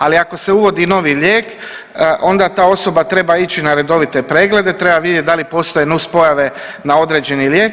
Ali ako se uvodi novi lijek, onda ta osoba treba ići na redovite preglede, treba vidjeti da li postoje nuspojave na određeni lijek.